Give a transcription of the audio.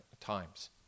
times